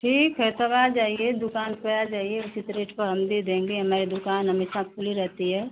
ठीक है तब आ जाइए दुकान पर आ जाइए उचित रेट पर हम देंगे हमारे दुकान हमेशा खुली रहती है